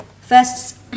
first